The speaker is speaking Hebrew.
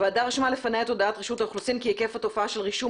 הוועדה רשמה לפניה את הודעת רשות האוכלוסין כי היקף התופעה של רישום